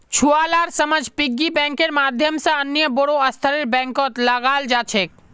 छुवालार समझ पिग्गी बैंकेर माध्यम से अन्य बोड़ो स्तरेर बैंकत लगाल जा छेक